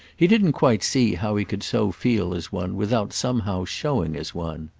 he didn't quite see how he could so feel as one without somehow showing as one.